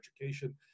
education